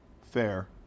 Fair